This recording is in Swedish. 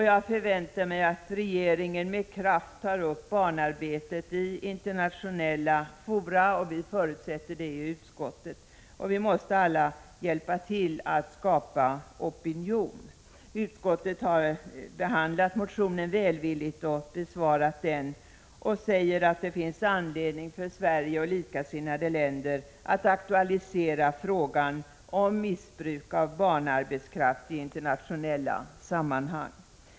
Jag förväntar mig att regeringen med kraft tar upp barnarbetet i internationella fora, och detta 55 förutsätter även utskottet. Vi måste alla hjälpa till att skapa opinion. Utskottet har behandlat motionen välvilligt och säger att det finns anledning för Sverige och likasinnade länder att aktualisera frågan om missbruk av barnarbetskraft i internationella sammanhang.